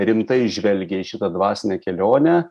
rimtai žvelgia į šitą dvasinę kelionę